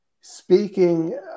speaking